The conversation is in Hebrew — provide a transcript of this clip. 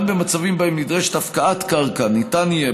גם במצבים שבהם נדרשת הפקעת קרקע ניתן יהיה,